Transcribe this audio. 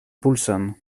pulson